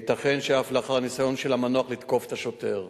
וייתכן שאף לאחר ניסיון של המנוח לתקוף את השוטר.